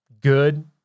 good